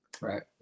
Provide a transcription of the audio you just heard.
right